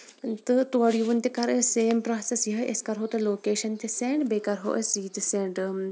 تہٕ تورٕ یِوُن تہِ کرو أسۍ سیم پروسیس یِمے أسۍ کرہو تۄہہِ لوکیشن تہِ سینڈ بیٚیہِ کَرہو تۄہہِ یہِ تہِ سینڈ